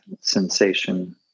sensation